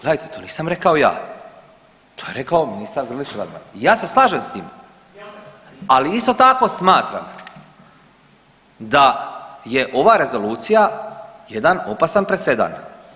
Gledajte, to nisam rekao ja, to je rekao ministar Grlić Radman i ja se slažem s tim, ali isto tako smatram da je ova rezolucija jedan opasan presedan.